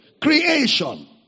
Creation